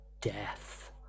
Death